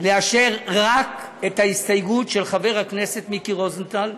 לאשר רק את ההסתייגות של חבר הכנסת מיקי רוזנטל,